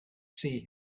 see